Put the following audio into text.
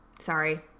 Sorry